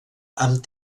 amb